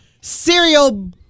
Cereal